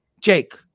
Jake